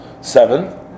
Seven